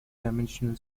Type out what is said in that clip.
dimensional